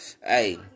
Hey